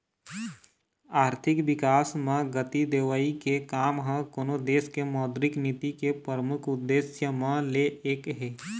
आरथिक बिकास म गति देवई के काम ह कोनो देश के मौद्रिक नीति के परमुख उद्देश्य म ले एक हे